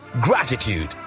gratitude